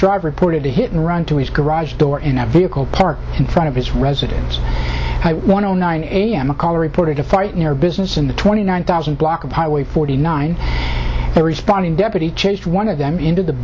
drive reported a hit and run to his garage door in a vehicle parked in front of his residence one on nine am a caller reported a fight near business in the twenty nine thousand block of highway forty nine there responding deputy change one of them into the